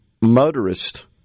motorist